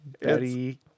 Betty